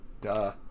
Duh